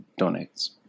donates